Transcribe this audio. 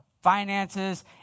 finances